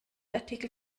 artikel